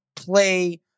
play